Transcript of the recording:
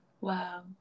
Wow